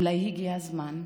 אולי הגיע הזמן?